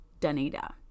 Danita